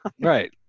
Right